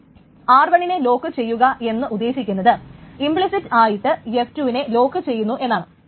r1 നെ lock ചെയ്യുക എന്ന് ഉദ്ദേശിക്കുന്നത് ഇംപ്ലിസിറ്റ് ആയിട്ട് f2 നെ ലോക്ക് ചെയ്യുന്നു എന്നാണ്